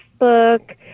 Facebook